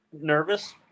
nervous